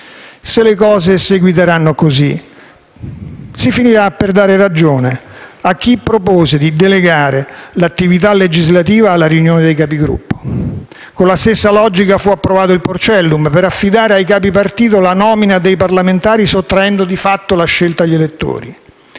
Se le cose seguiteranno così, si finirà per dare ragione a chi propose di delegare l'attività legislativa alla riunione dei Capigruppo. Con la stessa logica fu approvato il Porcellum per affidare ai capipartito la nomina dei parlamentari, sottraendo di fatto la scelta agli elettori.